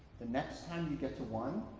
the next time you get to one,